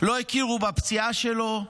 לא הכירו בפציעה שלו,